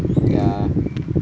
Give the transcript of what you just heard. ya